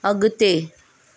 अॻिते